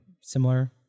similar